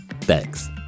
Thanks